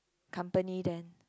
company then